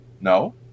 No